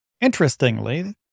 Interestingly